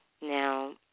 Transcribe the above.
Now